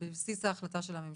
בבסיס החלטת הממשלה,